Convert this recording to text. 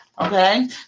Okay